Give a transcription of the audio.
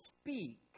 speak